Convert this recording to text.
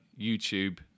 YouTube